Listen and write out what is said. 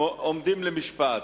עומדים למשפט.